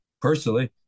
personally